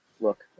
look